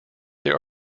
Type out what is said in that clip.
there